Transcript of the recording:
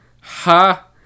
ha